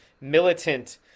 militant